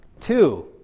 Two